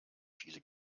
viele